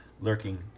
lurking